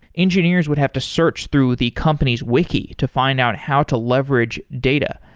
engineers would have to search through the company's wiki to find out how to leverage data,